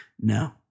no